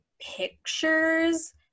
pictures